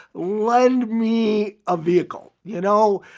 lend me a vehicle? you know.